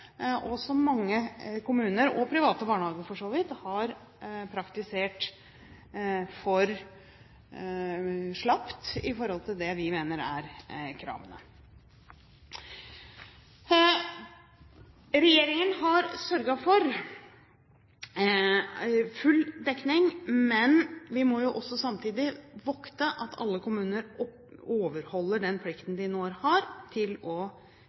mange kommuner – og private barnehager for så vidt – har praktisert for slapt i forhold til det vi mener er kravene. Regjeringen har sørget for full dekning, men vi må jo også samtidig vokte at alle kommuner overholder den plikten de nå har til å